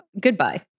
goodbye